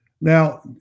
Now